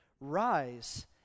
Rise